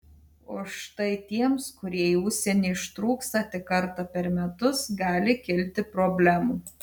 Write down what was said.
o štai tiems kurie į užsienį ištrūksta tik kartą per metus gali kilti problemų